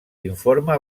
informe